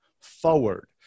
forward